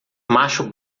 macho